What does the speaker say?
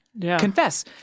confess